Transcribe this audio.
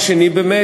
רמקול בבקשה.